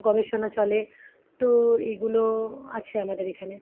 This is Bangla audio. গবেষণা চলে তো এগুলো আছে আমাদের এখানে